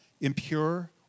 impure